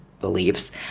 beliefs